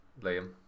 Liam